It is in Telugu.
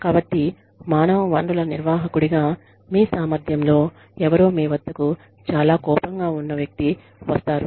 కాబట్టి మానవ వనరుల నిర్వాహకుడిగా మీ సామర్థ్యంలో ఎవరో మీ వద్దకు చాలా కోపంగా ఉన్న వ్యక్తి వస్తారు